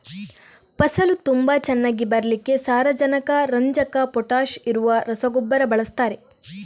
ಫಸಲು ತುಂಬಾ ಚೆನ್ನಾಗಿ ಬರ್ಲಿಕ್ಕೆ ಸಾರಜನಕ, ರಂಜಕ, ಪೊಟಾಷ್ ಇರುವ ರಸಗೊಬ್ಬರ ಬಳಸ್ತಾರೆ